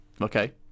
Okay